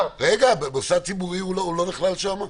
מוסד ציבורי לא נכלל שם?